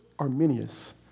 Arminius